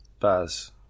Baz